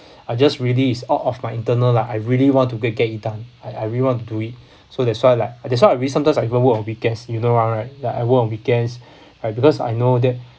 I just really is out of my internal lah I really want to go and get it done I re~ really want to do it so that's why like that's one of the reason sometimes I go work on weekends you know [one] right like I work on weekends I because I know that